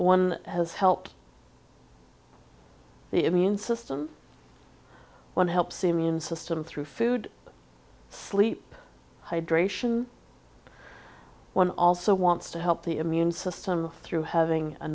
one has helped the immune system one helps the immune system through food sleep hydration one also wants to help the immune system through having a